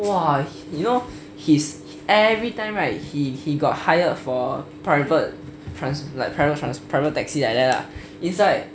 !wah! you know his every time right he got hired for private private taxi like that right